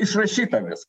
išrašyta vis